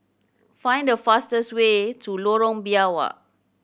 find the fastest way to Lorong Biawak